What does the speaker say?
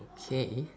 okay